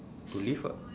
to live uh